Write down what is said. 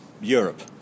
Europe